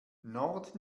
nord